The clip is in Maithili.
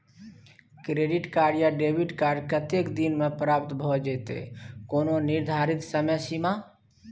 क्रेडिट या डेबिट कार्ड कत्ते दिन म प्राप्त भ जेतै, कोनो निर्धारित समय सीमा?